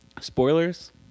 spoilers